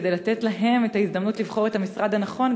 וכדי לתת להם את ההזדמנות לבחור את המשרד הנכון,